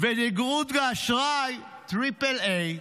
ודירוג האשראי הוא Triple A,